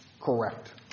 correct